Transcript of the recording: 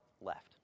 left